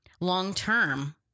long-term